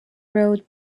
wrote